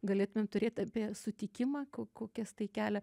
galėtumėm turėt apie sutikimą ko kokias tai kelia